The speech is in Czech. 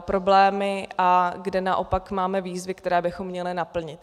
problémy a kde naopak máme výzvy, které bychom měli naplnit.